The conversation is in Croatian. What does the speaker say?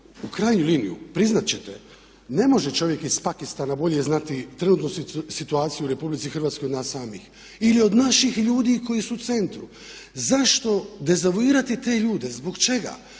u krajnjoj liniji priznat ćete ne može čovjek iz Pakistana bolje znati trenutnu situaciju u RH od nas samih ili od naših ljudi koji su u centru. Zašto dezavuirati te ljude? Zbog čega?